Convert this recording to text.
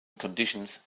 conditions